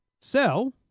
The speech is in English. sell